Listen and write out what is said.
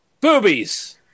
Boobies